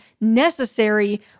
necessary